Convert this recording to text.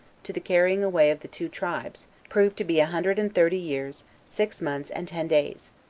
to the carrying away of the two tribes, proved to be a hundred and thirty years, six months, and ten days.